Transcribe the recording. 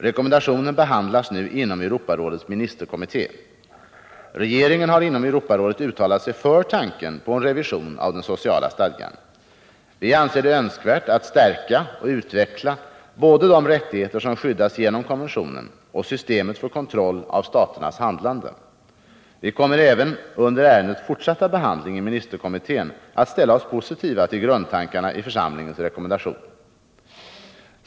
Rekommendationen behandlas nu inom Europarådets ministerkommitté. Regeringen har inom Europarådet uttalat sig för tanken på en revision av den sociala stadgan. Vi anser det önskvärt att stärka och utveckla både de rättigheter som skyddas genom konventionen och systemet för kontroll av staternas handlande. Vi kommer även under ärendets fortsatta behandling i ministerkommittén att ställa oss positiva till grundtankarna i församlingens rekommendation.